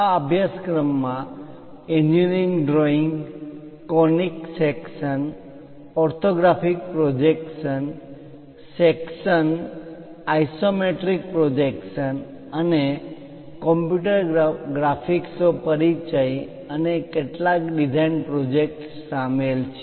આ અભ્યાસક્રમમાં engineering drawing conic section orthographic projection section isometric projection અને computer graphics નો પરિચય અને કેટલાક ડિઝાઇન પ્રોજેક્ટ શામેલ છે